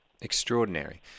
Extraordinary